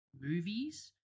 movies